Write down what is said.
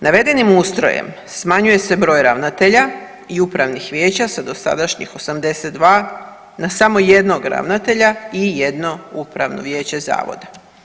Navedenim ustrojem smanjuje se broj ravnatelja i upravih vijeća sa dosadašnjih 82 na samo jednog ravnatelja i jedno upravno vijeće zavoda.